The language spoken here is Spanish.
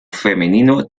femenino